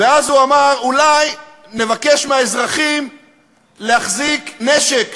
ואז הוא אמר: אולי נבקש מהאזרחים להחזיק נשק,